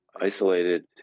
isolated